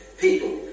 People